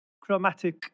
chromatic